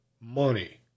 money